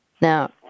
now